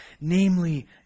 namely